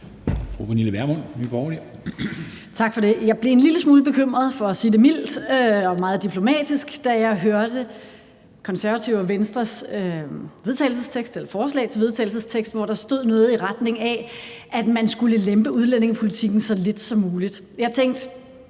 Pernille Vermund (NB): Tak for det. Jeg blev en lille smule bekymret – for at sige det mildt og meget diplomatisk – da jeg hørte Konservative og Venstres forslag til vedtagelsestekst, hvor der stod noget i retning af, at man skulle lempe udlændingepolitikken så lidt som muligt. Jeg tænkte,